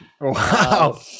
Wow